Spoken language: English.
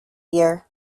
year